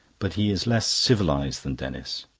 but he is less civilised than denis.